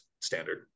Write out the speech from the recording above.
standard